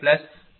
050